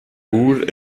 pur